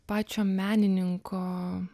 pačio menininko